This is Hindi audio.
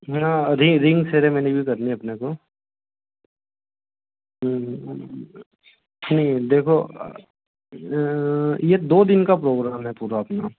हाँ रिंग रिंग सेरेमनी भी करनी है अपने को नहीं देखो यह दो दिन का प्रोग्राम है पूरा अपना